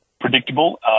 predictable